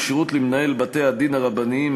כשירות למנהל בתי-הדין הרבניים),